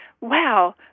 wow